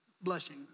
blushing